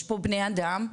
יש פה בני אדם,